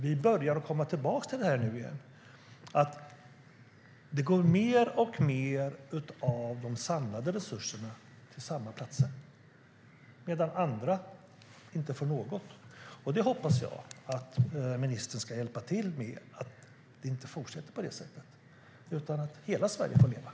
Vi börjar att komma tillbaka till att det nu går mer och mer av de samlade resurserna till samma platser medan andra inte får några resurser. Jag hoppas att ministern ska hjälpa till så att det inte fortsätter på det sättet utan att hela Sverige får leva.